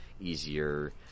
easier